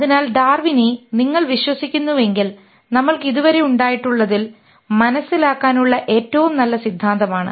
അതിനാൽ ഡാർവിനെ നിങ്ങൾ വിശ്വസിക്കുന്നുവെങ്കിൽ നമ്മൾക്ക് ഇതുവരെ ഉണ്ടായിട്ടുള്ളതിൽ മനസ്സിലാക്കാനുള്ള ഏറ്റവും നല്ല സിദ്ധാന്തമാണ്